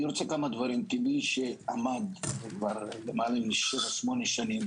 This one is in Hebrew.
כמי שלמעלה מ-8 שנים